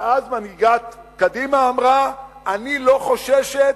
ואז מנהיגת קדימה אמרה: אני לא חוששת